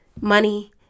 money